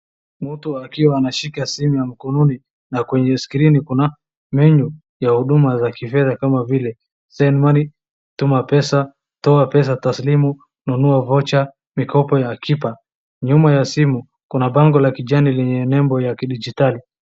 Mtu akiwa ameshika simu ya mkononi na kwenye skirini kuna menu ya hudumu za kifedha kama vile, send money ,tuma pesa ,toa pesa taslimu ,nunua voucher mikopo ya akiba .Nyuma ya simu kuna pango la kijani lenye label ya kidigitali.